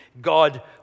God